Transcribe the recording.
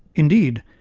indeed,